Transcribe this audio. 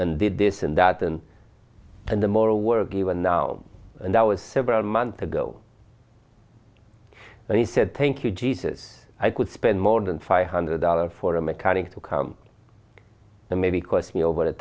and did this and that and and the moral work even now and that was several months ago and he said thank you jesus i could spend more than five hundred dollars for a mechanic to come and maybe cost me over t